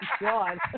God